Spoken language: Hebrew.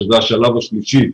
שזה השלב השלישי,